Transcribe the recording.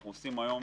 אנחנו עושים את